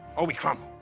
or we crumble.